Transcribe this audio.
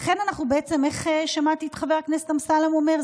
לכן, למעשה, איך שמעתי את חברת הכנסת אמסלם אומר?